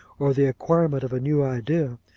or the acquirement of a new idea,